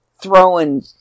throwing